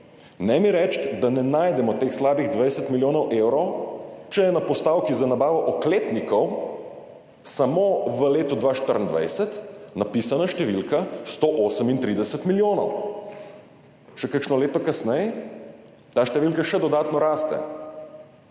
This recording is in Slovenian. Ne mi reči, da ne najdemo teh slabih 20 milijonov evrov, če je na postavki za nabavo oklepnikov samo v letu 2024 napisana številka 138 milijonov. Še kakšno leto kasneje ta številka še dodatno raste,